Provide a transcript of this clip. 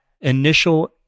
initial